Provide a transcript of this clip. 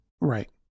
Right